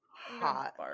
hot